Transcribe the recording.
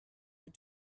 were